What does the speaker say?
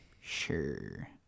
Sure